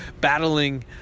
battling